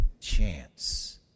chance